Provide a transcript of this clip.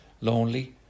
lonely